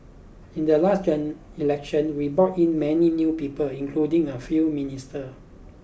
in the last General Election we brought in many new people including a few minister